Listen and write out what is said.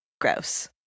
gross